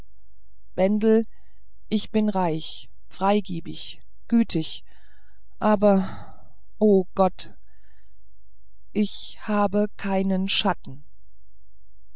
bendel ich bin reich freigebig gütig aber o gott ich habe keinen schatten